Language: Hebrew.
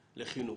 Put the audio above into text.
לחינוך,